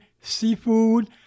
seafood